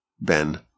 Ben